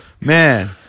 Man